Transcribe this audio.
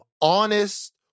honest